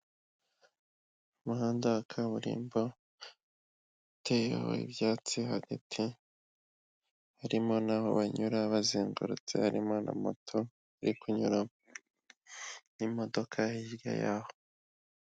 Umuhanda wa kaburimbo uteyeho ibyatsi hagati harimo n'aho banyura bazengurutse harimo na moto iri kunyuramo n'imodoka hirya y'aho.